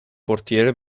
portiere